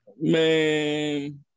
Man